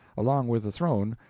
along with the throne,